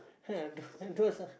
ah those those uh